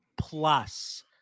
plus